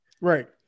right